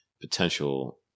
potential